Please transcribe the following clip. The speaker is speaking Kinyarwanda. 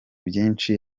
byinshi